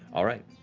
all right.